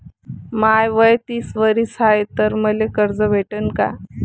माय वय तीस वरीस हाय तर मले कर्ज भेटन का?